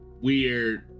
weird